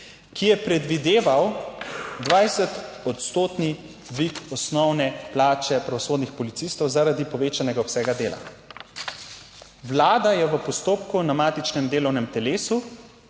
ki je predvideval 20 odstotni dvig osnovne plače pravosodnih policistov, zaradi povečanega obsega dela. Vlada je v postopku na matičnem delovnem telesu